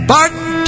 Barton